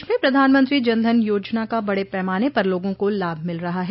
प्रदेश में प्रधानमंत्री जनधन योजना का बड़े पैमाने पर लोगों को लाभ मिल रहा है